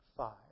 Five